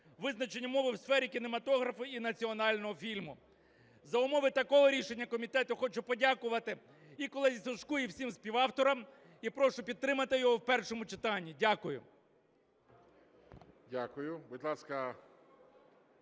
визначення мови у сфері кінематографа і національного фільму. За умову такого рішення комітету хочу подякувати і колезі Сушку, і всім співавторам, і прошу підтримати його в першому читанні. Дякую.